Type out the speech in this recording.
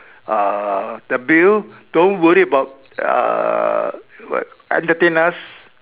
uh the bill don't worry about uh what entertain us